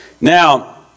Now